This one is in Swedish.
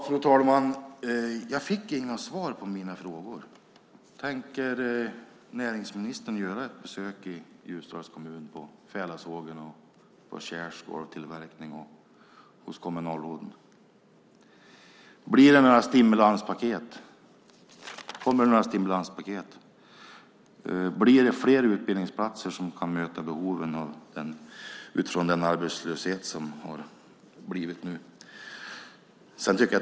Fru talman! Jag fick inga svar på mina frågor. Tänker näringsministern göra ett besök i Ljusdals kommun på Färilasågen, Kährs Golvtillverkning och hos kommunalråden? Blir det några stimulanspaket? Blir det fler utbildningsplatser som kan möta behoven utifrån nuvarande arbetslöshet?